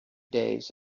days